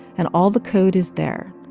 and all the code is there.